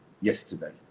yesterday